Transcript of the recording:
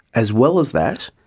as well as that,